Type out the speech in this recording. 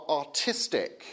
artistic